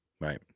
Right